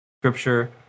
scripture